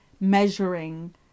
measuring